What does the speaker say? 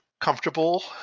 comfortable